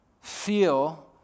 feel